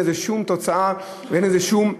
אין לזה שום תוצאה ואין לזה שום יעילות,